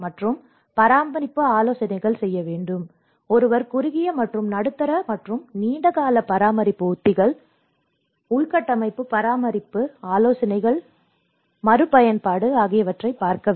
மற்றும் பராமரிப்பு ஆலோசனை எனவே ஒருவர் குறுகிய மற்றும் நடுத்தர மற்றும் நீண்ட கால பராமரிப்பு உத்திகள் மற்றும் உள்கட்டமைப்பு பராமரிப்பு ஆலோசனை மற்றும் மறுபயன்பாடு ஆகியவற்றைப் பார்க்க வேண்டும்